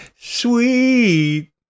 sweet